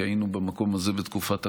כי היינו במקום הזה בתקופת הקורונה.